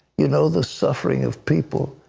you know the suffering of people.